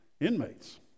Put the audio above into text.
inmates